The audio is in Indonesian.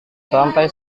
sampai